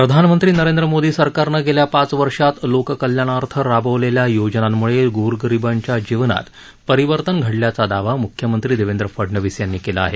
प्रधानमंत्री नरेंद्र मोदी सरकारनं गेल्या पाच वर्षात लोककल्याणार्थ राबवलेल्या योजनांमुळे गोरगरीबांच्या जीवनात परिवर्तन घडल्याचा दावा मुख्यमंत्री देवेंद्र फडणवीस यांनी केला आहे